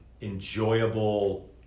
enjoyable